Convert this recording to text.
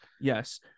yes